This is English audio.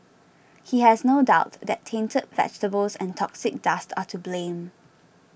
he has no doubt that tainted vegetables and toxic dust are to blame